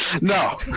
No